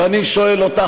ואני שואל אותך,